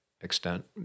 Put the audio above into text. extent